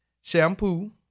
shampoo